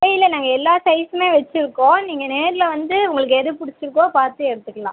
கடையில் நாங்கள் எல்லாம் சைஸ்ஸுமே வச்சுருக்கோம் நீங்கள் நேரில் வந்து உங்களுக்கு எது பிடிச்சிருக்கோ பார்த்து எடுத்துக்கலாம்